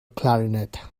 clarinet